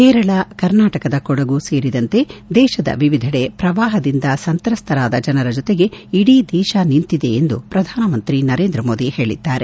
ಕೇರಳ ಕರ್ನಾಟಕದ ಕೊಡಗು ಸೇರಿದಂತೆ ದೇಶದ ವಿವಿಧೆಡೆ ಪ್ರವಾಹದಿಂದ ಸಂತ್ರಸ್ತರಾದ ಜನರ ಜೊತೆ ಇಡೀ ದೇಶ ನಿಂತಿದೆ ಎಂದು ಪ್ರಧಾನಮಂತ್ರಿ ನರೇಂದ್ರ ಮೋದಿ ಹೇಳಿದ್ದಾರೆ